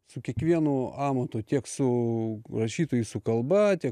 su kiekvienu amatu tiek su rašytojui su kalba tie